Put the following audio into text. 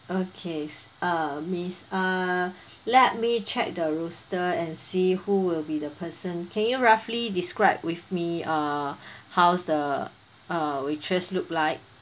okay s~ uh miss uh let me check the roster and see who will be the person can you roughly describe with me uh how's the uh waitress look like